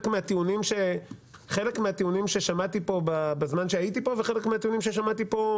מהטיעונים ששמעתי פה בזמן שהייתי פה וחלק מהטיעונים ששמעתי פה,